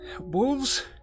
Wolves